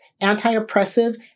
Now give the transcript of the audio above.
anti-oppressive